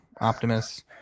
Optimus